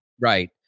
Right